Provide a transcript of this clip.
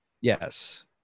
Yes